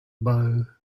bow